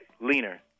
Leaner